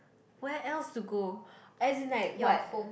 where else to go as in like what